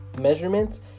measurements